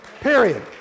period